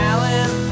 Alan